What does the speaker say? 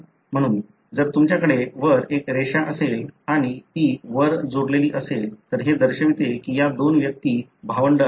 म्हणून जर तुमच्याकडे वर एक रेषा असेल आणि ती वर जोडलेली असेल तर हे दर्शवते की या दोन व्यक्ती भावंड आहेत